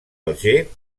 alger